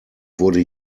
wurde